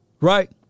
right